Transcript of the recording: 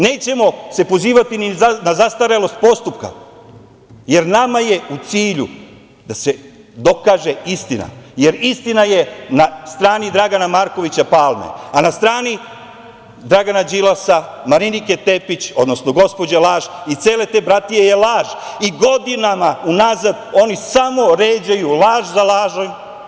Nećemo se pozivati na zastarelost postupka, jer nama je u cilju da se dokaže istina, jer istina je na strani Dragana Marovića Palme, a na strni Dragana Đilasa, Marinike Tepić, odnosno gospođe laž i cele te bratije je laž i godinama unazad oni samo ređaju laž za lažom.